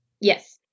Yes